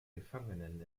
gefangenen